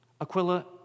Aquila